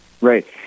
Right